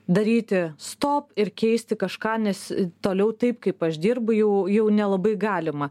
daryti stop ir keisti kažką nes toliau taip kaip aš dirbu jau jau nelabai galima